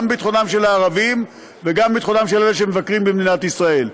גם לביטחונם של הערבים וגם לביטחונם של אלה שמבקרים במדינת ישראל.